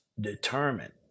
determined